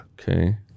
Okay